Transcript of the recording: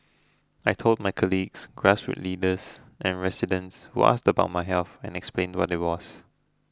I told my colleagues grassroots leaders and residents who asked about my health and explained what it was